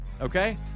okay